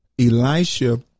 Elisha